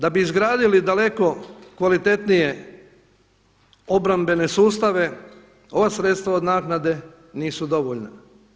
Da bi izgradili daleko kvalitetnije obrambene sustave ova sredstva od naknade nisu dovoljna.